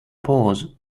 pause